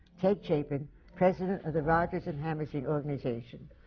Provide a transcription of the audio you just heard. ted chapin, president of the rodgers and hammerstein organization.